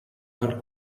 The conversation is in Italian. dal